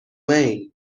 vain